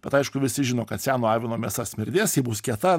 bet aišku visi žino kad seno avino mėsa smirdės ji bus kieta